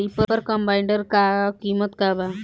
Reaper combiner का किमत बा?